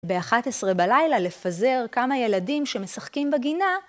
ב-11 בלילה לפזר כמה ילדים שמשחקים בגינה